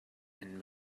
and